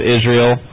Israel